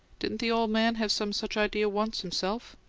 didn't the ole man have some such idea once, himself?